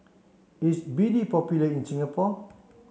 is B D popular in Singapore